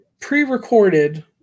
pre-recorded